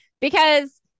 because-